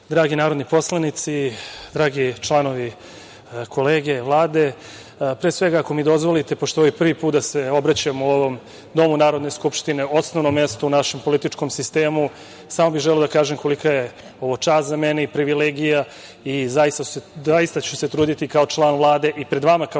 dragi narodni poslanici, dragi članovi kolege Vlade, pre svega, ako mi dozvolite, pošto je ovo prvi put da se obraćam u ovom domu Narodne skupštine, osnovno mesto u našem političkom sistemu, samo bih želeo da kažem kolika je ovo čast za mene i privilegija i zaista ću se truditi kao član Vlade i pred vama kao